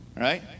Right